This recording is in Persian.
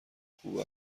خوب